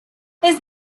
his